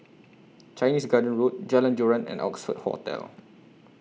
Chinese Garden Road Jalan Joran and Oxford Hotel